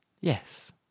yes